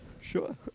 Sure